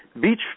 beach